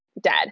dead